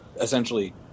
essentially –